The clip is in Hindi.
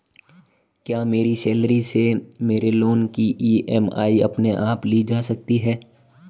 क्या मेरी सैलरी से मेरे लोंन की ई.एम.आई अपने आप ली जा सकती है?